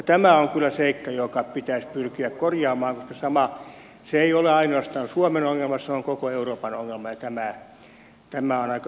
tämä on kyllä seikka joka pitäisi pyrkiä korjaamaan koska se ei ole ainoastaan suomen ongelma se on koko euroopan ongelma ja tämä on aika huono asia